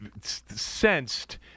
sensed